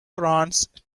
against